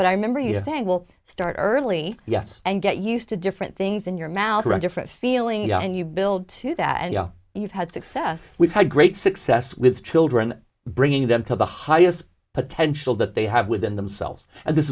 but i remember you saying will start early yes and get used to different things in your mouth run different feeling and you build to that and you've had success we've had great success with children bringing them to the highest potential that they have within themselves and this